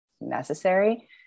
necessary